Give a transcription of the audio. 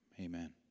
Amen